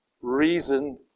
reason